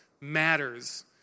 matters